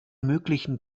möglichen